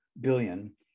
billion